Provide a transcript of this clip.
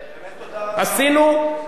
חי ופועל עד היום הזה,